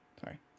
Sorry